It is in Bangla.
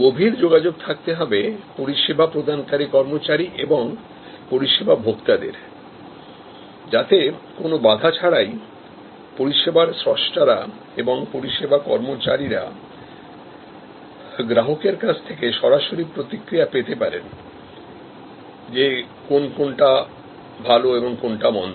গভীর যোগাযোগ থাকতে হবে পরিষেবা প্রদানকারী কর্মচারী এবং পরিষেবা ভোক্তাদের মধ্যে যাতে কোনো বাধা ছাড়াই পরিষেবার স্রষ্টারা এবং পরিষেবা কর্মচারীরা গ্রাহকের কাছ থেকে সরাসরি প্রতিক্রিয়া পেতে পারেন যে কোনটা ভালো এবং কোনটা মন্দ